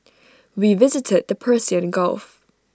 we visited the Persian gulf